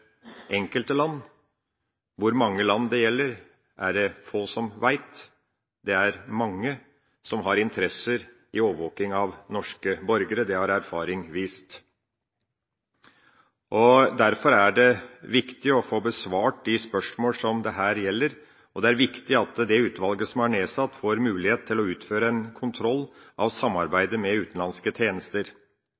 Hvor mange land det gjelder, er det få som vet. Det er mange som har interesse av å overvåke norske borgere. Det har erfaring vist. Derfor er det viktig å få besvart de spørsmålene som dette gjelder, og det er viktig at utvalget som er nedsatt, får mulighet til å utføre en kontroll av